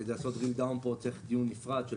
מכיוון שכדי לרדת לעומק צריך דיון נפרד של